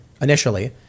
initially